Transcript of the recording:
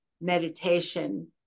meditation